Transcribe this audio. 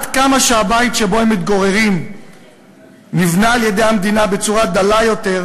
הבית שבו הם מתגוררים נבנה על-ידי המדינה בצורה דלה יותר,